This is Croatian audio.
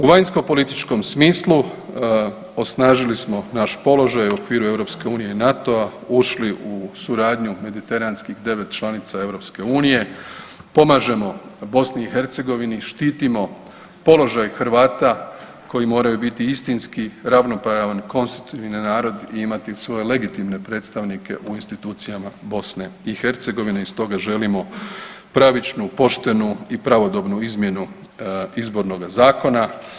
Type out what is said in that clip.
U vanjskopolitičkom smislu osnažili smo naš položaj u okviru EU i NATO-a, ušli u suradnju mediteranskih 9 članica EU, pomažemo BiH, štitimo položaj Hrvata koji moraju biti istinski ravnopravan konstitutivni narod i imati svoje legitimne predstavnike u institucijama BiH i stoga želimo pravičnu, poštenu i pravodobnu izmjenu izbornoga zakona.